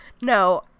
no